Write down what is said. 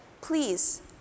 please